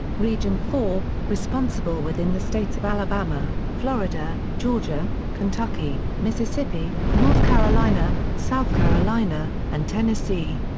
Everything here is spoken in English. region four responsible within the states of alabama, florida, georgia, kentucky, mississippi, north carolina, south carolina, and tennessee.